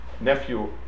nephew